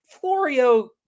Florio